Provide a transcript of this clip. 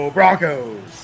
Broncos